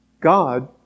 God